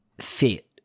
fit